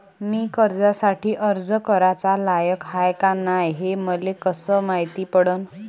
मी कर्जासाठी अर्ज कराचा लायक हाय का नाय हे मले कसं मायती पडन?